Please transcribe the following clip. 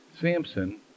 Samson